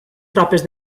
tropes